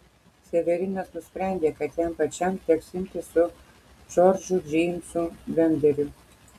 severinas nusprendė kad jam pačiam teks imtis su džordžu džeimsu benderiu